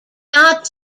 not